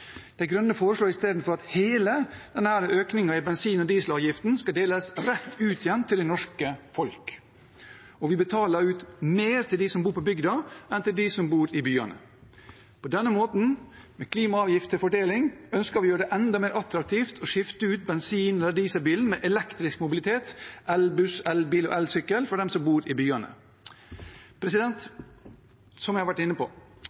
De Grønne foreslår istedenfor at hele denne økningen i bensin- og dieselavgiften skal deles rett ut igjen til det norske folk. Vi betaler ut mer til dem som bor på bygda enn til dem som bor i byene. På denne måten, med klimaavgift til fordeling, ønsker vi å gjøre det enda mer attraktivt å skifte ut bensin- eller dieselbilen med elektrisk mobilitet, elbuss, elbil og elsykkel, for dem som bor i byene. Som jeg har vært inne på: Omfordelingen må skje over skatteseddelen og ikke ved å kutte avgifter på